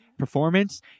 performance